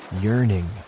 yearning